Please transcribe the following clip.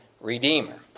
Redeemer